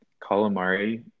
calamari